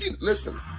listen